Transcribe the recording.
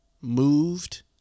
Moved